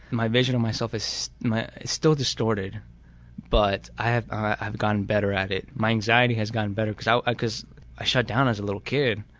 my vision of myself is still distorted but i have have gotten better at it. my anxiety has gotten better cause i cause i shut down as a little kid,